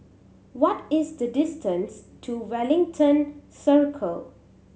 what is the distance to Wellington Circle